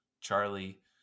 Charlie